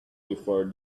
before